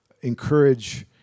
encourage